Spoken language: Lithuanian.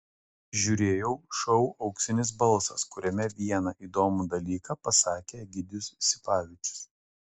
žiūrėjau šou auksinis balsas kuriame vieną įdomų dalyką pasakė egidijus sipavičius